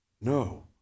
No